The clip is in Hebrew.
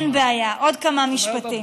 אין בעיה, עוד כמה משפטים.